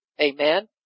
Amen